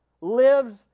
lives